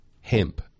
hemp